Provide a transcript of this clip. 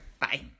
Bye